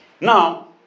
Now